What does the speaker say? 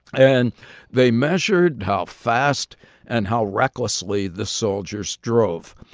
and they measured how fast and how recklessly the soldiers drove.